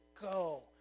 go